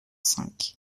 cinq